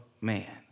man